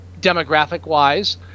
demographic-wise